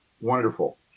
Wonderful